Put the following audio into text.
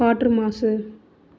காற்று மாசு